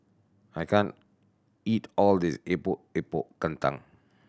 I can't eat all this Epok Epok Kentang